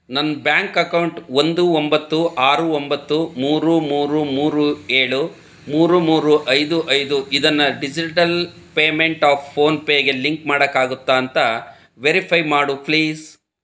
ನನ್ನ bank account ಒಂದು ಒಂಬತ್ತು ಆರು ಒಂಬತ್ತು ಮೂರು ಮೂರು ಮೂರು ಏಳು ಮೂರು ಮೂರು ಐದು ಐದು ಇದನ್ನು ಡಿಜಿಟಲ್ ಪೇಮೆಂಟ್ ಆಫ್ ಫೋನ್ಪೇಗೆ ಲಿಂಕ್ ಮಾಡೋಕ್ಕಾಗತ್ತಾ ಅಂತ ವೆರಿಫೈ ಮಾಡು ಫ್ಲೀಸ್